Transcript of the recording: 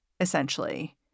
essentially